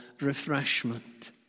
refreshment